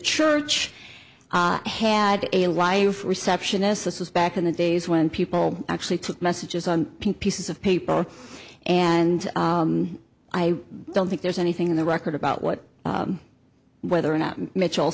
church had a receptionist this was back in the days when people actually took messages on pieces of paper and i don't think there's anything in the record about what whether or not mitchel